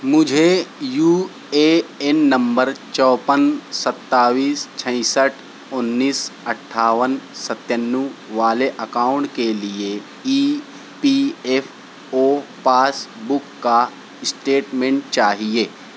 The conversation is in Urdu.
مجھے یو اے این نمبر چوپن ستائیس چھیاسٹھ انیس اٹھاون ستینو والے اکاؤنٹ کے لیے E P F O passbook کا اسٹیٹمن چاہیے